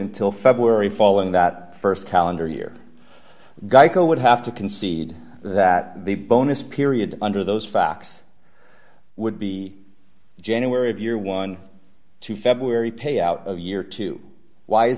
until february following that st calendar year geico would have to concede that the bonus period under those facts would be january of year one to february payout of year two why is